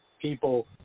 people